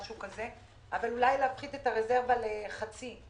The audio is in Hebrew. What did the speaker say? אבל אולי להפחית את הרזרבה לחצי.